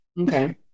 Okay